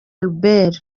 albert